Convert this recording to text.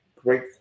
great